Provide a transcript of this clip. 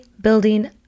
building